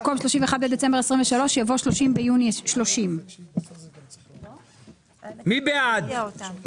במקום "31 בדצמבר 2023" יבוא "30 ביוני 3030". מי בעד קבלת ההסתייגות?